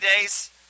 days